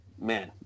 man